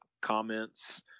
comments